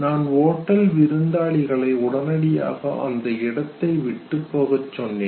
நான் ஓட்டல் விருந்தாளிகளை உடனடியாக அந்த இடத்தை விட்டு போகச் சொன்னேன்